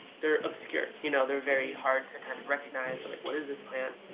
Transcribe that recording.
they're obscure you know, they're very hard to kind of recognize or like what is this plant?